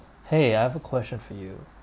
!hey! I've a question for you